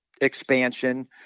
expansion